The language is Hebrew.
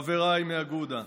חבריי מאגודה.